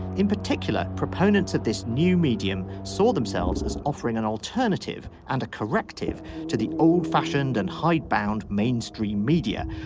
in particular proponents of this new medium saw themselves as offering an alternative and a corrective to the old fashioned and hidebound mainstream media.